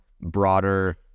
broader